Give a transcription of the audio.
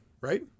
right